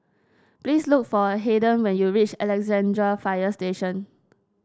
please look for Haden when you reach Alexandra Fire Station